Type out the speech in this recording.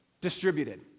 distributed